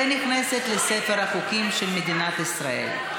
ונכנסת לספר החוקים של מדינת ישראל.